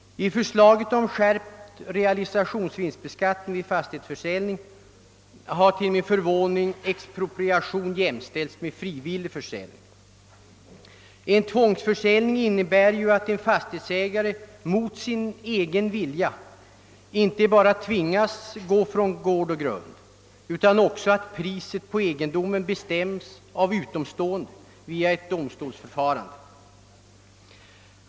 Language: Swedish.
I förslaget om skärpt realisationsvinstbeskattning vid fastighetsförsäljning har till min förvåning expropriation jämställts med frivillig försäljning. En tvångsförsäljning innebär inte bara att en fastighetsägare mot sin egen vilja tvingas att gå från gård och grund, utan också att priset på egendomen bestäms av utomstående via ett domstolsförfarande.